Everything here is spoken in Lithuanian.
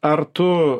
ar tu